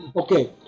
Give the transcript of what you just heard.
Okay